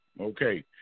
Okay